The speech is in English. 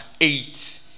eight